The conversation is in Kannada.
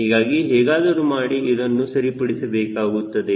ಹೀಗಾಗಿ ಹೇಗಾದರೂ ಮಾಡಿ ಇದನ್ನು ಸರಿಪಡಿಸಬೇಕಾಗುತ್ತದೆ